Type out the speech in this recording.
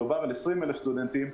מדובר על 20,000 סטודנטים,